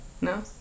No